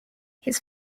his